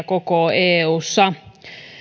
koko eussa